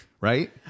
right